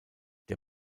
der